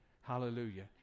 Hallelujah